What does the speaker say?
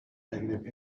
negative